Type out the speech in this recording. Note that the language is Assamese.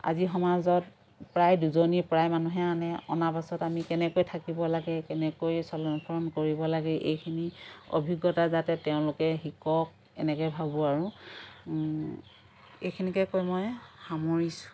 আজি সমাজত প্ৰায় দুজনী প্ৰায় মানুহে আনে অনা পাছত আমি কেনেকৈ থাকিব লাগে কেনেকৈ চলন ফুৰণ কৰিব লাগে এইখিনি অভিজ্ঞতা যাতে তেওঁলোকে শিকক এনেকে ভাবোঁ আৰু এইখিনিকে কৈ মই সামৰিছোঁ